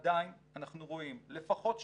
ועדיין אנחנו רואים לפחות שליש,